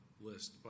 list